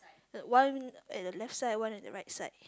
one at the left side one at the right side